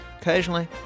Occasionally